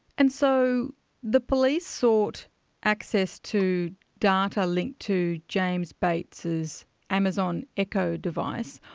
and so the police sought access to data linked to james bates's amazon echo device.